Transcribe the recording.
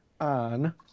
on